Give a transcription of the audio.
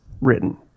written